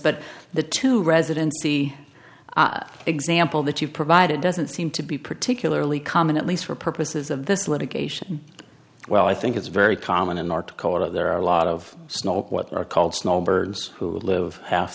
but the two residency example that you provided doesn't seem to be particularly common at least for purposes of this litigation well i think it's very common in north dakota there are a lot of snow what are called snowbirds who live half